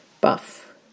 buff